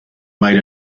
made